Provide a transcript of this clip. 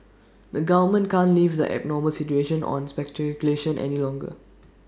the government can't leave the abnormal situation of speculation any longer